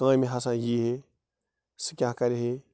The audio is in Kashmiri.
کامہِ ہسا یِیہِ ہے سُہ کیٛاہ کرِہے